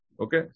Okay